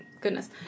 goodness